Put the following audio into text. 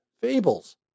fables